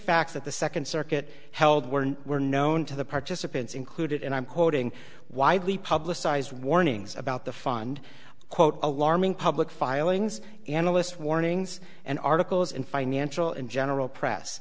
facts that the second circuit held were and were known to the participants included and i'm quoting widely publicized warnings about the fund quote alarming public filings analyst warnings and articles in financial in general press